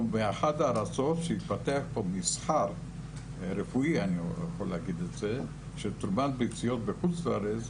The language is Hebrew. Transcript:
אנחנו באחת הארצות שהתפתח פה מסחר רפואי של תרומת ביציות בחוץ לארץ,